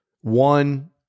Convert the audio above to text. one